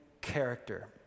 character